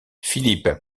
philippe